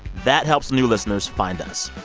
that helps new listeners find us.